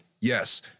yes